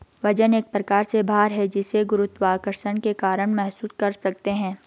वजन एक प्रकार से भार है जिसे गुरुत्वाकर्षण के कारण महसूस कर सकते है